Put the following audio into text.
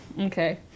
Okay